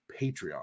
Patreon